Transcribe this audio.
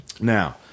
Now